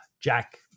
Jack